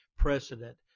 precedent